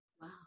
Wow